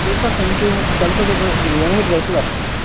O sir thank you ਕੱਲ੍ਹ ਫਿਰ ਤੁਹਾਡੇ ਕੋਲ ਜ਼ਰੂਰ ਆਊਂਗੇ ਅਡਰੈਸ ਦੱਸ ਦਿਓ